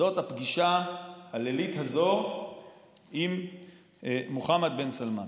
זאת הפגישה הלילית הזו עם מוחמד בן סלמאן.